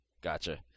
Gotcha